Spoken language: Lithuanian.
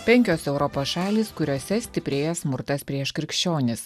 penkios europos šalys kuriose stiprėja smurtas prieš krikščionis